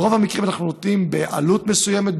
ברוב המקרים אנחנו נותנים בעלות מסוימת,